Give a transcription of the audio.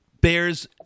bears